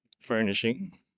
furnishing